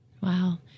Wow